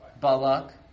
Balak